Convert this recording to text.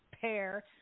pair